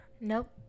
Nope